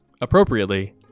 appropriately